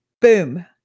Boom